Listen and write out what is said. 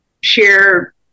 share